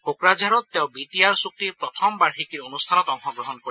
কোকৰাঝাৰত তেওঁ B T R চুক্তিৰ প্ৰথম বাৰ্ষিকীৰ অনুষ্ঠানত অংশগ্ৰহণ কৰিব